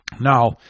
Now